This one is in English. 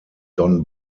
don